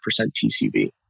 TCV